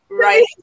Right